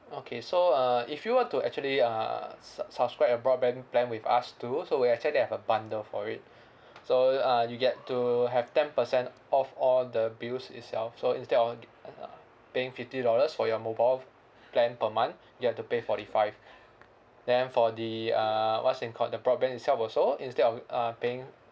okay so uh if you were to actually uh su~ subscribe a broadband plan with us too so we actually have a bundle for it so uh you get to have ten percent off all the bills itself so instead of d~ uh paying fifty dollars for your mobile f~ plan per month you have to pay forty five then for the uh what's it called the broadband itself also instead of uh paying